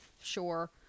sure